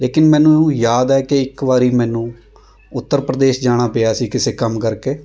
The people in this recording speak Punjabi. ਲੇਕਿਨ ਮੈਨੂੰ ਯਾਦ ਹੈ ਕਿ ਇੱਕ ਵਾਰੀ ਮੈਨੂੰ ਉੱਤਰ ਪ੍ਰਦੇਸ਼ ਜਾਣਾ ਪਿਆ ਸੀ ਕਿਸੇ ਕੰਮ ਕਰਕੇ